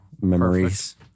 memories